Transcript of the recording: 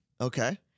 Okay